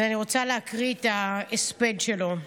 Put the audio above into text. אני רוצה להקריא את ההספד שלו: